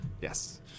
Yes